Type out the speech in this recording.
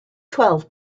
twelve